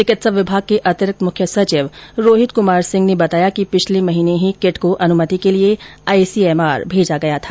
चिकित्सा विभाग के अतिरिक्त मुख्य सचिव रोहित कुमार सिंह ने बताया कि पिछले महीने ही किट को अनुमति के लिए आईसीएमआर भेजा गया था